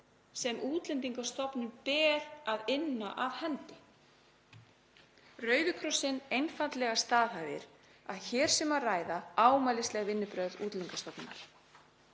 sem Útlendingastofnun ber að inna af hendi. Rauði krossinn einfaldlega staðhæfir að hér sé um að ræða ámælisverð vinnubrögð Útlendingastofnunar.